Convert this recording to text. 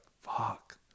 fuck